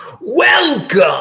Welcome